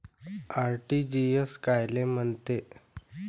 RTGS कायले म्हनते?